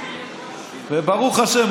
וברוך השם,